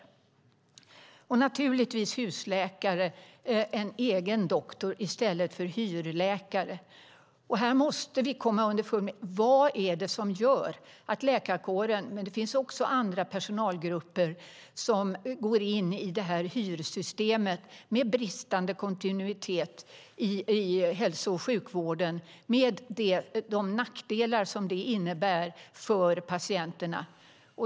En annan viktig sak är att ha en husläkare, en egen doktor, i stället för hyrläkare. Här måste vi komma underfund med vad det är som gör att läkarkåren - det finns också andra personalgrupper - går in i hyrsystemet, med bristande kontinuitet i hälso och sjukvården som följd och med de nackdelar som det innebär för patienterna.